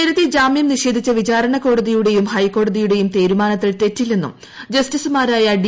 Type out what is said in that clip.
നേരത്തെ ജാമ്യാ നിഷേധിച്ചു വിചാരണ കോടതിയുടെയും ഹൈക്കോടതിയുടെയും തീരുമാനത്തിൽ തെറ്റില്ലെന്നും ജസ്റ്റിസുമാരായ ഡി